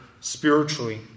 spiritually